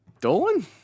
Dolan